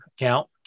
account